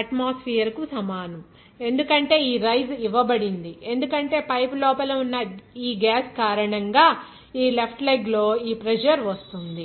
atmosphere కు సమానం ఎందుకంటే ఈ రైజ్ ఇవ్వబడింది ఎందుకంటే పైపు లోపల ఉన్న ఈ గ్యాస్ కారణంగా ఈ లెఫ్ట్ లెగ్ లో ఈ ప్రెజర్ వస్తుంది